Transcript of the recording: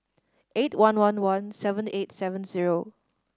eight one one one seven eight seven zero